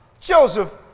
Joseph